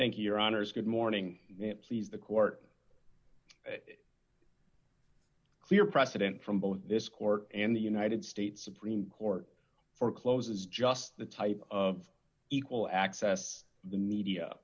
thank you your honors good morning please the court clear precedent from both this court and the united states supreme court for closes just the type of equal access the media